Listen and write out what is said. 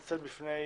מתנצל על ההמתנה.